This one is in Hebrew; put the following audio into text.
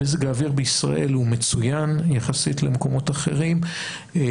מזג האוויר בישראל הוא מצוין יחסית למקומות אחרים.